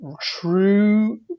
true